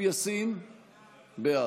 פרצו למקום לא להם.